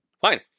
Fine